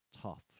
tough